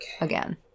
Again